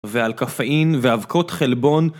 ועל קפאין ואבקות חלבון